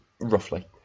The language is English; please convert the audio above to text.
roughly